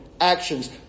Actions